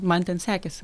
man ten sekėsi